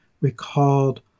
recalled